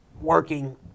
working